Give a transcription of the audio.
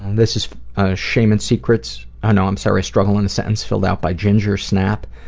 this is a shame and secrets oh no, i'm sorry, struggle in a sentence, filled out by gingersnap.